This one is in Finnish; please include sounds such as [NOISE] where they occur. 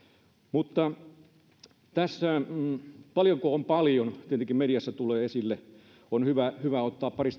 mutta paljonko on paljon se tietenkin mediassa tulee esille on hyvä hyvä ottaa pari [UNINTELLIGIBLE]